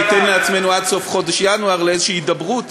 שניתן לעצמנו עד סוף חודש ינואר לאיזושהי הידברות.